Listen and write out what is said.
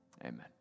amen